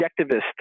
objectivist